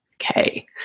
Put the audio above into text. Okay